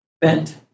bent